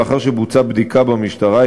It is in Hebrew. ולאחר שבוצעה בדיקה במשטרה,